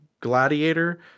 gladiator